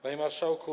Panie Marszałku!